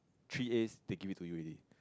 three A's they give it to you already